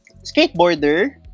skateboarder